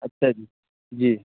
اچھا جی جی